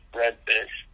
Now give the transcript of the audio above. redfish